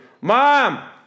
Mom